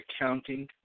accounting